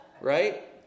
Right